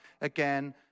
again